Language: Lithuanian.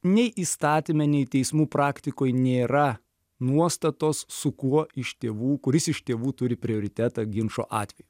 nei įstatyme nei teismų praktikoj nėra nuostatos su kuo iš tėvų kuris iš tėvų turi prioritetą ginčo atveju